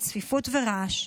בצפיפות ורעש.